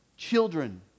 Children